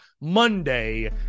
Monday